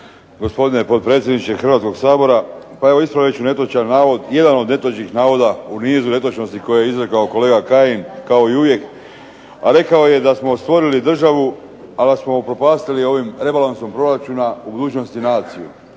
Gospodine potpredsjedniče Hrvatskog sabora, pa evo ispravit ću netočan navod. Jedan od netočnih navoda u nizu netočnosti koje je izrekao kolega Kajin kao i uvijek, a rekao je da smo stvorili državu a da smo upropastili ovim rebalansom proračuna u budućnosti naciju.